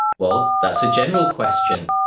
well, that's a general question.